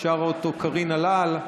שרה אותו קארין אלאל.